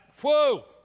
whoa